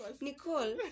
Nicole